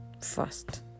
first